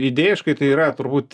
idėjiškai tai yra turbūt